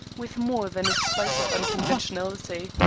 with more than a spice of unconventionality.